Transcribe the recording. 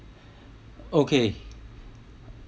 okay